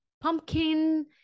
pumpkin